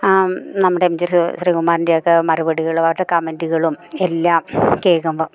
നമ്മുടെ M G Shri ശ്രീകുമാറിൻറ്റെയൊക്കെ മറുപടികളായിട്ട് അവരുടെ കമൻറ്റ്കളും എല്ലാം കേൾക്കുമ്പം